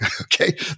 okay